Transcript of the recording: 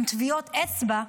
עם טביעות אצבע,